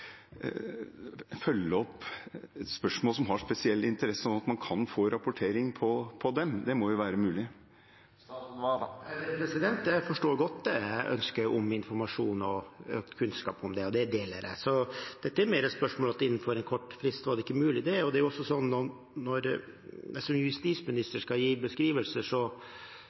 at man kan få rapportering på dem, må jo være mulig. Jeg forstår godt ønsket om informasjon og økt kunnskap om det, og det deler jeg. Dette er mer et spørsmål om at innenfor en kort frist var det ikke mulig. Det er også sånn at når jeg som justisminister skal gi beskrivelser,